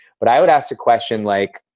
but i would ask a question like,